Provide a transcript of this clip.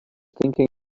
thinking